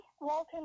Walton